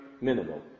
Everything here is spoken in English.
minimal